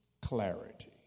clarity